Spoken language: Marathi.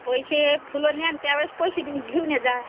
पैसे फुलं न्याल त्या वेळेस पैसे देऊन घेऊन या जा